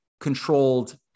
controlled